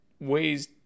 ways